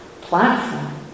platform